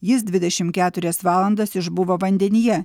jis dvidešimt keturias valandas išbuvo vandenyje